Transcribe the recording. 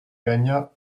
gagna